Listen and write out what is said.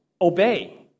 obey